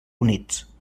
units